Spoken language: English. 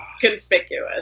conspicuous